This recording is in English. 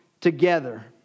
together